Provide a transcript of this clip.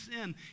sin